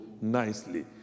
Nicely